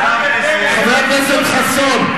חבר הכנסת חסון,